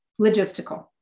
logistical